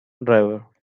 driver